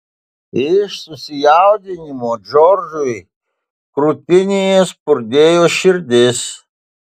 iš susijaudinimo džordžui krūtinėje spurdėjo širdis